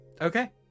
Okay